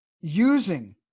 using